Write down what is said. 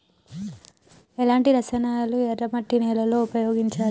ఎలాంటి రసాయనాలను ఎర్ర మట్టి నేల లో ఉపయోగించాలి?